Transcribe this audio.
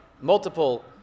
multiple